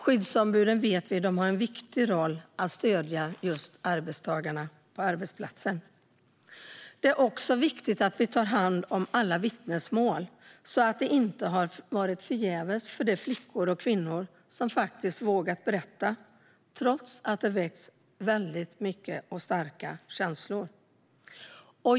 Skyddsombuden har en viktig roll i att stödja arbetstagarna på arbetsplatsen. Det är också viktigt att vi tar hand om alla vittnesmål så att det inte har varit förgäves för de flickor och kvinnor som faktiskt vågat berätta trots att det har väckt många och starka känslor.